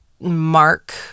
mark